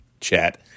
chat